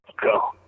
go